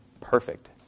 perfect